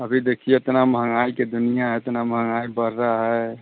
अभी देखिए इतना महँगाई के दुनिया है इतना महँगाई बढ़ रहा है